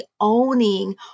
owning